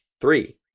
three